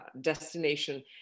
destination